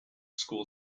school